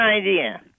idea